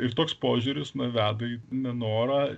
ir toks požiūris nu veda į nenorą